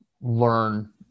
learn